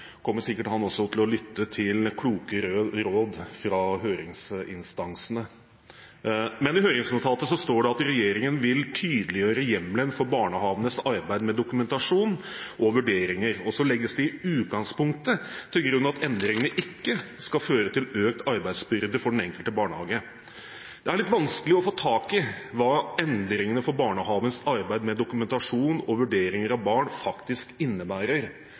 kommer sikkert han også til å lytte til kloke råd fra høringsinstansene. I høringsnotatet står det at regjeringen vil tydeliggjøre hjemmelen for barnehagenes arbeid med dokumentasjon og vurdering. Så legges det i utgangspunktet til grunn at endringene ikke skal føre til økt arbeidsbyrde for den enkelte barnehage. Det er litt vanskelig å få tak i hva endringene for barnehagenes arbeid med dokumentasjon og vurdering av barn faktisk innebærer,